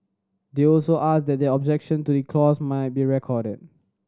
they also asked that their objection to the clause might be recorded